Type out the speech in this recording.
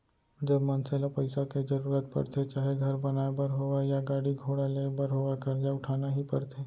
जब मनसे ल पइसा के जरुरत परथे चाहे घर बनाए बर होवय या गाड़ी घोड़ा लेय बर होवय करजा उठाना ही परथे